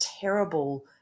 terrible